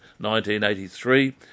1983